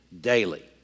Daily